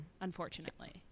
unfortunately